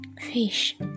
Fish